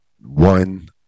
one